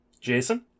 Jason